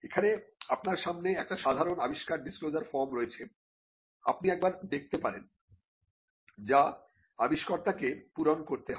এখানে আপনার সামনে একটি সাধারণ আবিষ্কার ডিসক্লোজার ফর্ম রয়েছে আপনি একবার দেখতে পারেন যা আবিষ্কর্তা কে পূরণ করতে হয়